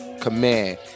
command